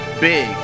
big